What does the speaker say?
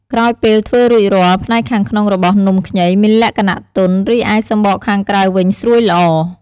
ក្រោយពេលធ្វើរួចរាល់ ផ្នែកខាងក្នុងរបស់នំខ្ញីមានលក្ខណៈទន់ រីឯសំបកខាងក្រៅវិញស្រួយល្អ។